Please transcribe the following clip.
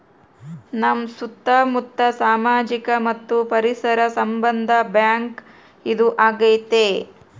ನಮ್ ಸುತ್ತ ಮುತ್ತ ಸಾಮಾಜಿಕ ಮತ್ತು ಪರಿಸರ ಸಂಬಂಧ ಬ್ಯಾಂಕ್ ಇದು ಆಗೈತೆ